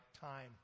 time